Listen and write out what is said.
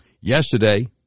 Yesterday